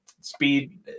speed